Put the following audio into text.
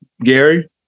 Gary